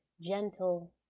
gentle